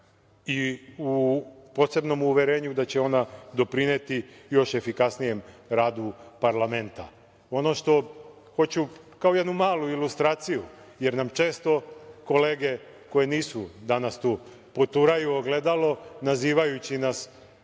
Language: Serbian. i u posebnom uverenju da će ona doprineti još efikasnijem radu parlamenta. Ono što hoću kao jednu malu ilustraciju, jer nam često kolege koje nisu danas tu poturaju ogledalo, nazivajući nas